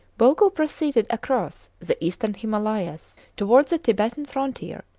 bogle proceeded across the eastern himalayas toward the tibetan frontier,